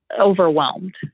overwhelmed